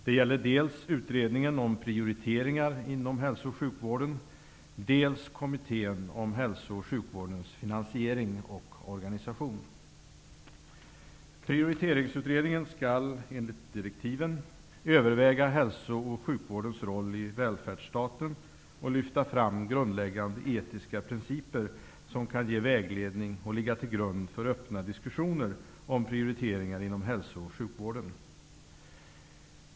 Det gäller dels utredningen om prioriteringar inom hälsooch sjukvården, dels kommittén som berör hälso och sjukvårdens finansiering och organisation. Prioriteringsutredningen skall enligt direktiven överväga hälso och sjukvårdens roll i välfärdsstaten och lyfta fram grundläggande etiska principer, som kan ge vägledning och ligga till grund för öppna diskussioner om prioriteringar inom hälso och sjukvården.